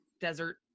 desert